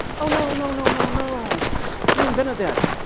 oh, no, no, no, no, no we invented that.